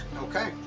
Okay